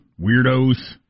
Weirdos